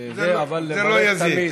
זה לא יזיק.